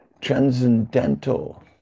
transcendental